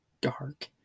dark